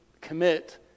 commit